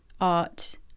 art